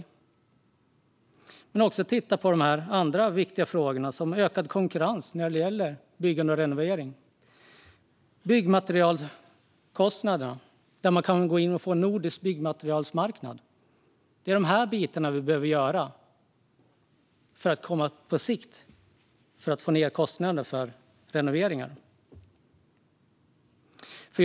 Det handlar också om att titta på de andra viktiga frågorna, till exempel ökad konkurrens vid byggande och renovering. Vidare kan det vara kostnaderna för byggmaterial. Man kan gå in på en nordisk byggmaterialsmarknad. Det är detta vi måste göra för att på sikt sänka kostnaderna för renoveringar.